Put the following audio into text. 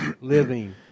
living